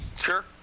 sure